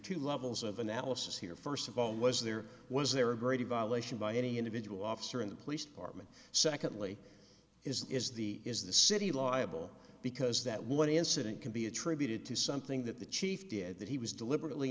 two levels of analysis here first of all was there or was there a greater violation by any individual officer in the police department secondly is the is the city law a bill because that one incident can be attributed to something that the chief did that he was deliberately